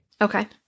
Okay